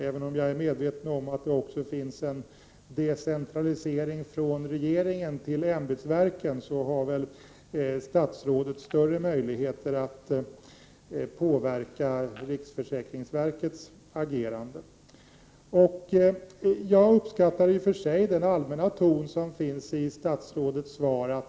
Även om jag är medveten om att det finns decentralisering från regeringen till ämbetsverken har väl statsrådet större möjligheter att påverka riksförsäkringsverkets agerande. Jag uppskattar i och för sig den allmänna ton som statsrådet har i sitt svar.